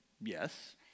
Yes